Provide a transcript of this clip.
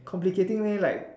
complicating leh like